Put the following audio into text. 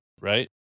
Right